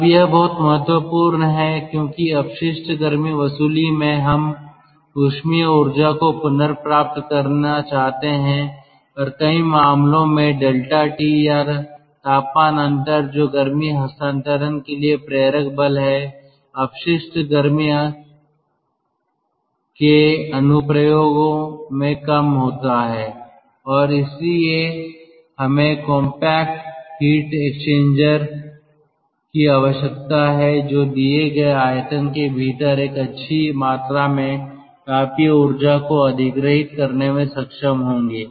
अब यह बहुत महत्वपूर्ण है क्योंकि अपशिष्ट गर्मी वसूली में हम ऊष्मीय ऊर्जा को पुनर्प्राप्त करना चाहते हैं और कई मामलों में ∆T या तापमान अंतर जो गर्मी हस्तांतरण के लिए प्रेरक बल है अपशिष्ट गर्मी के अनुप्रयोग में कम होता है और इसलिए हमें कॉम्पैक्ट हीट एक्सचेंजर की आवश्यकता है जो दिए गए आयतन के भीतर एक अच्छी मात्रा में तापीय ऊर्जा को अधिग्रहित करने में सक्षम होंगे